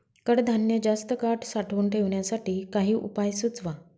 कडधान्य जास्त काळ साठवून ठेवण्यासाठी काही उपाय सुचवा?